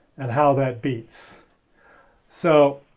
and how that beats so,